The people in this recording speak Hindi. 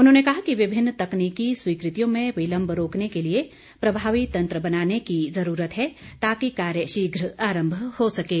उन्होंने कहा कि विभिन्न तकनीकी स्वीकृतियों में विलम्ब रोकने के लिए प्रभावी तंत्र बनाने की जरूरत है ताकि कार्य शीघ्र आरंभ हो सकें